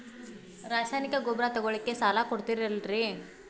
ರಾಸಾಯನಿಕ ಗೊಬ್ಬರ ತಗೊಳ್ಳಿಕ್ಕೆ ಸಾಲ ಕೊಡ್ತೇರಲ್ರೇ?